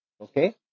Okay